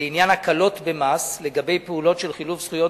לעניין הקלות במס לגבי פעולות של חילוף זכויות